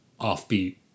offbeat